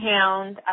Hound